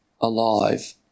alive